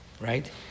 right